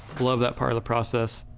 love that part of the process.